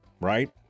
right